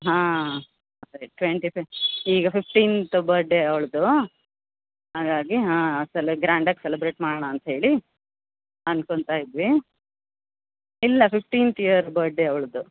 ಹಾಂ ಟ್ವೆಂಟಿ ಪೇ ಈಗ ಫಿಫ್ಟೀಂತ್ ಬರ್ಡೇ ಅವ್ಳದ್ದು ಹಾಗಾಗಿ ಹಾಂ ಆ ಸಲ ಗ್ರಾಂಡ್ ಆಗಿ ಸೆಲಬ್ರೇಟ್ ಮಾಡೋಣ ಅಂತೇಳಿ ಅನ್ಕೊತ ಇದ್ವಿ ಇಲ್ಲ ಫಿಫ್ಟೀಂತ್ ಇಯರ್ ಬರ್ಡೇ ಅವ್ಳುದ್ದು